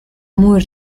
muy